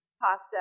pasta